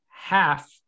half